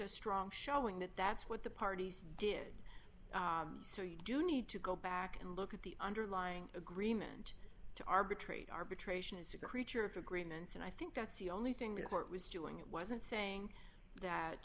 a strong showing that that's what the parties did so you do need to go back and look at the underlying agreement to arbitrate arbitration is a creature of agreements and i think that's the only thing the court was doing it wasn't saying that